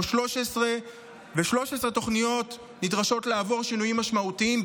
ו-13 תוכניות נדרשות לעבור שינויים משמעותיים,